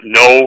no